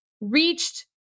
reached